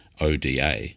ODA